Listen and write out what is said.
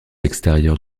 extérieure